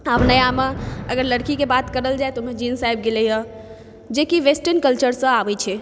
अब नयामे अगर लड़कीके बात करल जाय तऽ जीन्स आबि गेलैए जे कि वेस्टर्न कल्चरसँ आबै छै